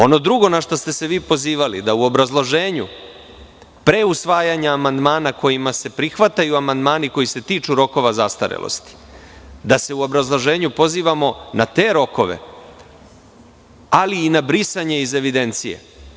Ono drugo na šta ste se vi pozivali, da u obrazloženju, pre usvajanja amandmana kojima se prihvataju amandmani koji se tiču rokova zastarelosti, da se u obrazloženju pozivamo na te rokove, ali i na brisanje iz evidencije.